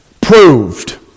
proved